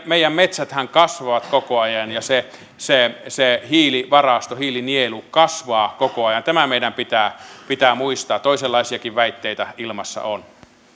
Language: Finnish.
meidän metsäthän kasvavat koko ajan ja se se hiilivarasto hiilinielu kasvaa koko ajan tämä meidän pitää pitää muistaa toisenlaisiakin väitteitä ilmassa on